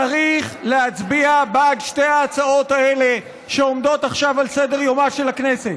צריך להצביע בעד שתי ההצעות האלה שעומדות עכשיו על סדר-יומה של הכנסת,